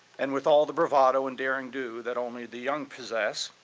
and with all the bravado and derring-do that only the young possess,